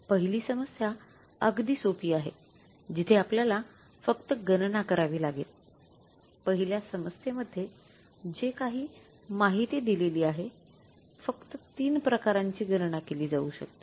पहिली समस्या अगदी सोपी आहे जिथे आपल्याला फक्त गणना करावी लागेल पहिल्या समस्ये मध्ये जे काही माहिती दिलेली आहे फक्त 3 प्रकारांची गणना केली जाऊ शकते